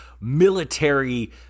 military